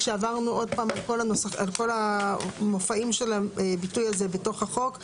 כשעברנו שוב פעם על כל המופעים של הביטוי הזה בתוך החוק,